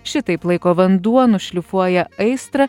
šitaip laiko vanduo nušlifuoja aistrą